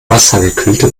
wassergekühlte